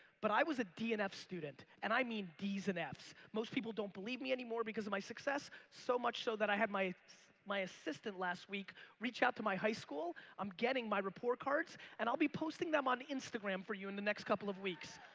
but i was a d and f student and i mean d's and f's. most people don't believe me anymore because of my success. so much so that i have my my assistant last week reach out to my high school, i'm getting my report cards and i'll be posting them on instagram for you in the next couple of weeks.